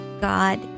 God